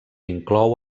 inclou